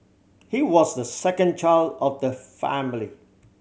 he was the second child of the family